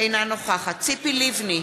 אינה נוכחת ציפי לבני,